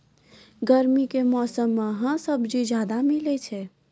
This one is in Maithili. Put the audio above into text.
गर्मी के मौसम मं है सब्जी ज्यादातर मिलै छै